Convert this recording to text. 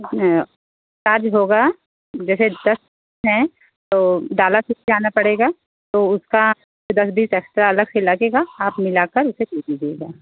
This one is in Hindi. कितने अब चार्ज होगा जैसे दस हैं तो डाला से उसके आना पड़ेगा तो उसका दस बीस एक्स्ट्रा अलग से लगेगा हाथ मिलाकर उसे दे दीजिए